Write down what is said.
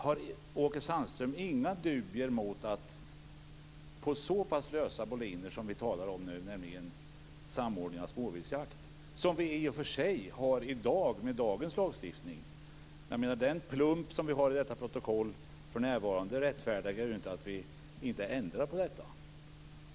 Har Åke Sandström inga dubier mot de så pass lösa boliner som vi nu pratar om beträffande samordningen av småviltjakt och som det i och för sig är fråga om i och med dagens lagstiftning? Den plump som vi för närvarande har i det protokollet rättfärdigar ju inte att vi inte ändrar på detta.